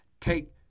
take